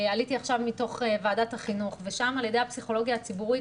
עליתי עכשיו מוועדת החינוך ושם על ידי הפסיכולוגיה הציבורית